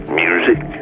music